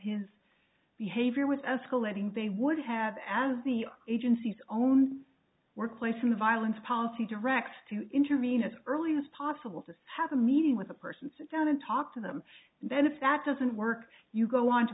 his behavior was escalating they would have as the agency's own workplace and violence policy directs to intervene as early as possible to have a meeting with the person sit down and talk to them and then if that doesn't work you go on to